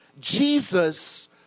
Jesus